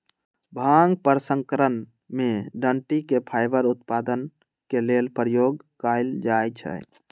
भांग प्रसंस्करण में डनटी के फाइबर उत्पादन के लेल प्रयोग कयल जाइ छइ